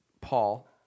Paul